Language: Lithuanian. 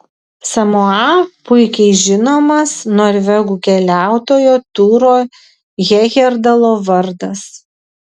samoa puikiai žinomas norvegų keliautojo turo hejerdalo vardas